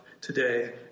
today